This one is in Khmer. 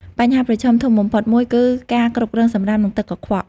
បញ្ហាប្រឈមធំបំផុតមួយ គឺការគ្រប់គ្រងសំរាមនិងទឹកកខ្វក់។